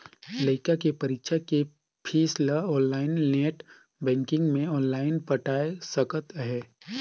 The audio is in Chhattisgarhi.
लइका के परीक्षा के पीस ल आनलाइन नेट बेंकिग मे आनलाइन पटाय सकत अहें